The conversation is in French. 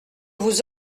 vous